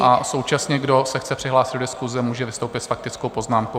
A současně, kdo se chce přihlásit do diskuse, může vystoupit s faktickou poznámkou.